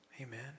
Amen